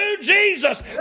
Jesus